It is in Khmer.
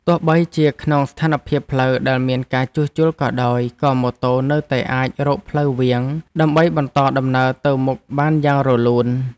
ទោះបីជាក្នុងស្ថានភាពផ្លូវដែលមានការជួសជុលក៏ដោយក៏ម៉ូតូនៅតែអាចរកផ្លូវវាងដើម្បីបន្តដំណើរទៅមុខបានយ៉ាងរលូន។